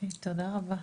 תודה רבה.